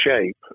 shape